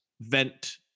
vent